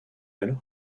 alors